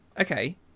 Okay